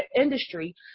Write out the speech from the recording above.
industry